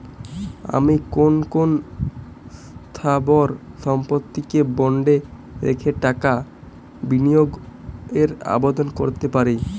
আমি কোন কোন স্থাবর সম্পত্তিকে বন্ডে রেখে টাকা বিনিয়োগের আবেদন করতে পারি?